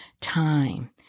time